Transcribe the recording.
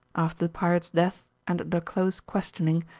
after the pirate's death and under close questioning,